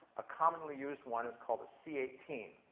a commonly used one is called a c eighteen.